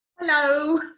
hello